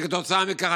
וכתוצאה מכך,